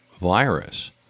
virus